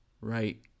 right